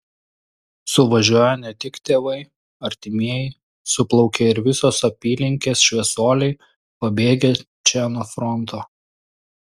suvažiuoja ne tik tėvai artimieji suplaukia ir visos apylinkės šviesuoliai pabėgę čia nuo fronto